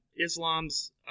Islam's